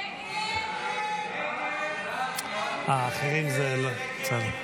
הסתייגות 69 לחלופין לא נתקבלה.